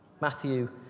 Matthew